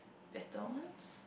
better ones